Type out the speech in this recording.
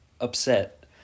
upset